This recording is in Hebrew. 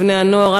לבני-הנוער,